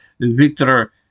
Victor